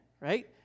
right